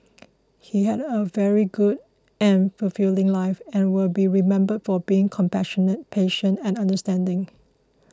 he had a very good and fulfilling life and will be remembered for being compassionate patient and understanding